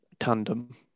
tandem